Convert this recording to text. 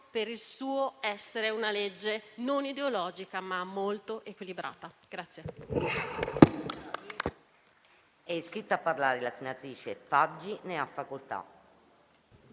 per il suo essere una legge non ideologica, ma molto equilibrata.